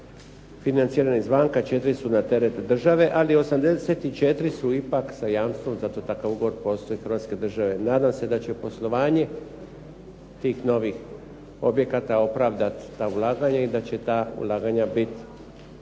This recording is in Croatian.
financirane izvanka, 4 su na teret države, ali 84 su ipak sa jamstvom, zato takav ugovor postoji Hrvatske države. Nadam se da će poslovanje tih novih objekata opravdat ta ulaganja i da će ta ulaganja biti